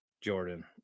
Jordan